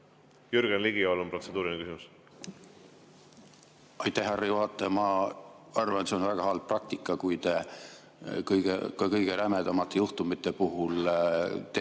Jürgen Ligi, palun, protseduuriline küsimus! Aitäh, härra juhataja! Ma arvan, et see on väga halb praktika, kui te ka kõige rämedamate juhtumite puhul teete